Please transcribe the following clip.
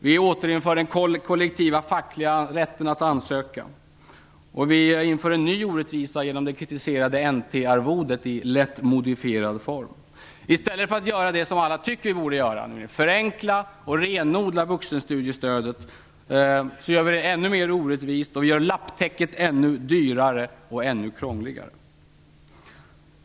Vi återinför den kollektiva fackliga rätten att ansöka, och vi inför en ny orättvisa genom det kritiserade NT-arvodet i lätt modifierad form. I stället för att göra det alla tycker att vi borde göra, nämligen förenkla och renodla vuxenstudiestödet gör vi det ännu mer orättvist. Lapptäcket blir ännu dyrare och krångligare.